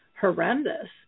horrendous